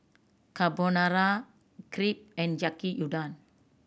Carbonara Crepe and Yaki Udon